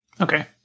Okay